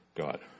God